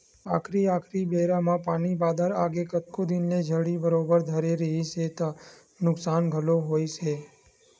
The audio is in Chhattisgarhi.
आखरी आखरी बेरा म पानी बादर आगे कतको दिन ले झड़ी बरोबर धरे रिहिस हे त नुकसान घलोक होइस हे